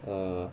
err